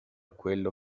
quello